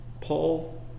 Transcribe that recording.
Paul